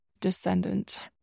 descendant